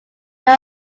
they